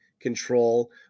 control